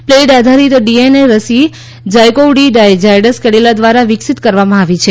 played આધારિત DNA રસી ZyCoV D Zydus Cadila દ્વારા વિકસિત કરવામાં આવી છે